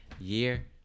year